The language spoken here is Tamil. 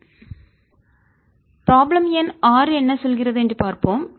dS01r4dr 11θdcos θ02πϕdϕ15 111 X2dX02π1 2dϕ1543×π4π15 problem எண் 6 என்ன சொல்கிறது என்று பார்ப்போம்